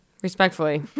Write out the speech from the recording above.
Respectfully